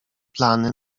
plany